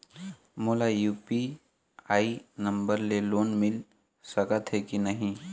मोला UPI number ले loan मिल सकथे कि नहीं?